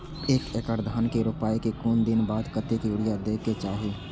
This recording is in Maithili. एक एकड़ धान के रोपाई के कुछ दिन बाद कतेक यूरिया दे के चाही?